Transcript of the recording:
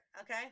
okay